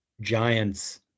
Giants